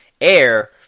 air